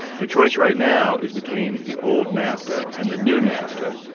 the choice right now is between the old nafta and the new nafta.